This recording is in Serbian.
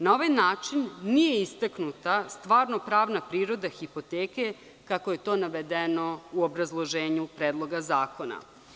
Na ovaj način nije istaknuta stvarno pravna priroda hipoteke, kako je to navedeno u obrazloženju Predloga zakona.